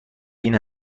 بین